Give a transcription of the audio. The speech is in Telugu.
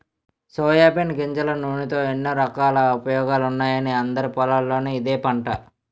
సోయాబీన్ గింజల నూనెతో ఎన్నో రకాల ఉపయోగాలున్నాయని అందరి పొలాల్లోనూ ఇదే పంట